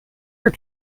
her